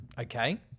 Okay